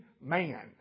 man